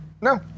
No